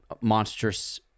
monstrous